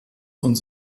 und